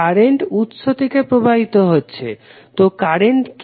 current উৎস থেকে প্রবাহিত হচ্ছে তো কারেন্ট কি